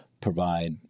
provide